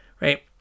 Right